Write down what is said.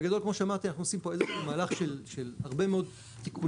בגדול כמו שאמרתי אנחנו עושים פה איזשהו מהלך של הרבה מאוד תיקונים